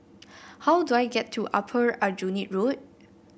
how do I get to Upper Aljunied Road